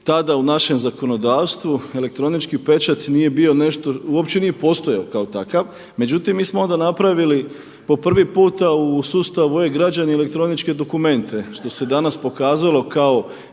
Tada u našem zakonodavstvu elektronički pečat nije bio nešto, uopće nije postojao kao takav. Međutim, mi smo onda napravili po prvi puta u sustavu e-građani elektroničke dokumente što se danas pokazalo kao